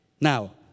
Now